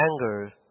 anger